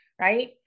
right